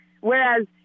whereas